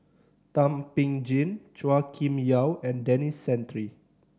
Thum Ping Tjin Chua Kim Yeow and Denis Santry